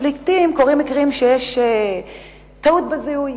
לעתים קורים מקרים שיש טעות בזיהוי,